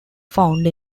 found